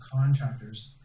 contractors